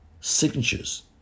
signatures